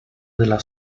della